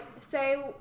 say